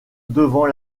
devant